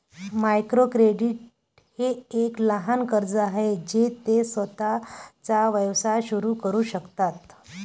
micro credit हे एक लहान कर्ज आहे जे ते स्वतःचा व्यवसाय सुरू करू शकतात